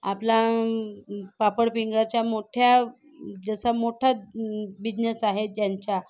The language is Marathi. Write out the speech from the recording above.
आपला पापड पिंज्याचा मोठ्या जसा मोठा बिझनेस आहे ज्यांचा